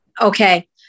Okay